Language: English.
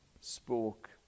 spoke